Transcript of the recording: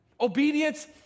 Obedience